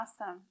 Awesome